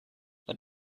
but